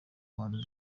mpano